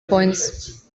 points